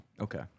Okay